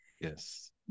Yes